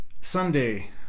Sunday